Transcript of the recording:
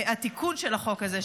התיקון של החוק הזה,